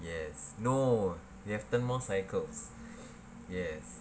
yes no they've have ten cycles yes